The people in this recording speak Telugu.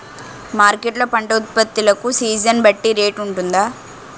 మార్కెట్ లొ పంట ఉత్పత్తి లకు సీజన్ బట్టి రేట్ వుంటుందా?